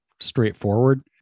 straightforward